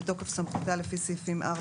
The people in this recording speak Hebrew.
בתוקף סמכותה לפי סעיפים 4,